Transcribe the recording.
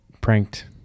pranked